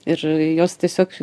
ir jos tiesiog